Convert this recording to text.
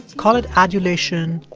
call it adulation,